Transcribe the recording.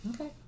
Okay